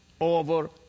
over